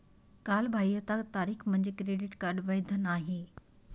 कालबाह्यता तारीख म्हणजे क्रेडिट कार्ड वैध नाही